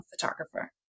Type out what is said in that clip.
photographer